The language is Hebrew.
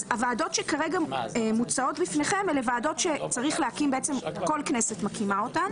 הוועדות שכרגע מוצעות בפניכם אלה ועדות שכל כנסת מקימה אותן